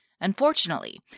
Unfortunately